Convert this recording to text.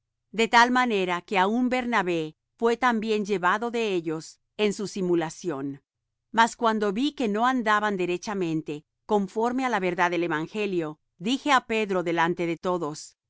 de tal manera que aun bernabé fué también llevado de ellos en su simulación mas cuando vi que no andaban derechamente conforme á la verdad del evangelio dije á pedro delante de todos